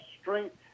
strength